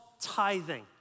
tithing